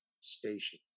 station